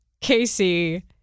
Casey